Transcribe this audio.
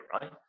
Right